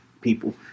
people